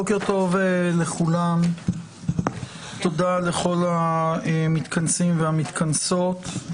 בוקר טוב, תודה לכל המתכנסים והמתכנסות.